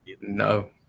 No